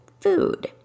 food